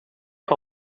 que